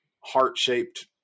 heart-shaped